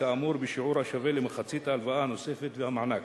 כאמור בשיעור השווה למחצית ההלוואה הנוספת והמענק.